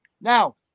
Now